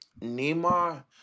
Neymar